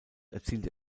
erzielte